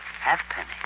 Halfpenny